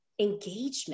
engagement